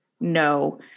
No